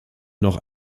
noch